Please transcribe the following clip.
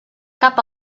cap